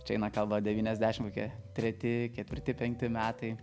čia eina kalba devyniasdešim kokie treti ketvirti penkti metai